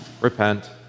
repent